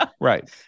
Right